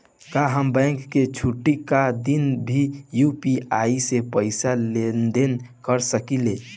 का हम बैंक के छुट्टी का दिन भी यू.पी.आई से पैसे का लेनदेन कर सकीले?